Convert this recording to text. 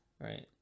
right